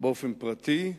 באופן פרטי,